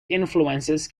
influences